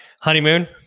honeymoon